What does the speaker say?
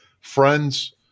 friends